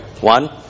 One